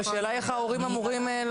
אומר כמה דברי פתיחה וכן אכנס לפתרונות מעשיים.